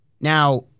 Now